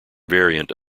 variant